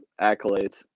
accolades